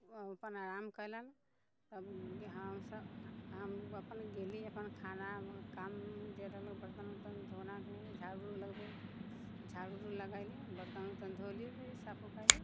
ओ अपन आराम कयलनि तब यहाँसँ हम अपन गेली अपन खाना काम जे रहलक बर्तन वर्तन धोनाके झाड़ू लगबैके झाड़ू लगेली बर्तन वर्तन धौली वोली साफ उफ कयली